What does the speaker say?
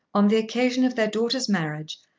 on the occasion of their daughter's marriage,